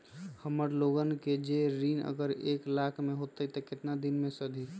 हमन लोगन के जे ऋन अगर एक लाख के होई त केतना दिन मे सधी?